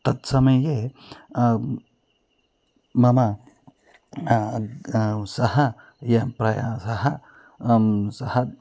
तत्समये मम सः यः प्रयासः सः